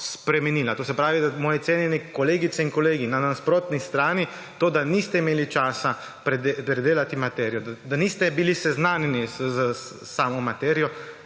spremenila. To se pravi, moje cenjene kolegice in kolegi na nasprotni strani, to, da niste imeli časa predelati materije, da niste bili seznanjeni s samo materijo,